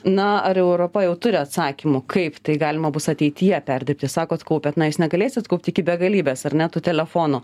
na ar europa jau turi atsakymų kaip tai galima bus ateityje perdirbti sakot kaupiat na jūs negalėsit kaupt iki begalybės ar ne tų telefonų